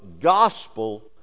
gospel